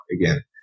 again